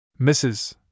Mrs